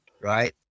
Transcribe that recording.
right